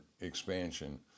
expansion